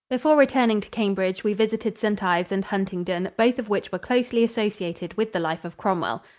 before returning to cambridge we visited st. ives and huntingdon, both of which were closely associated with the life of cromwell.